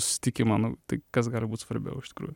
susitikimą nu tai kas galbūt svarbiau iš tikrųjų